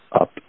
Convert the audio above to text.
up